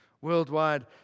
Worldwide